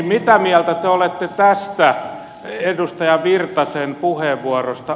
mitä mieltä te olette tästä edustaja virtasen puheenvuorosta